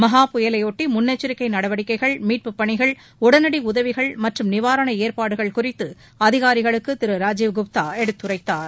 மஹா புயலைபொட்டி முன்னெச்சரிக்கை நடவடிக்கைகள் மீட்பு பணிகள் உடனடி உதவிகள் மற்றும் நிவாரண ஏற்பாடுகள் குறித்து அதிகாரிகளுக்கு திரு ராஜீவ் குப்தா எடுத்துரைத்தார்